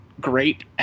great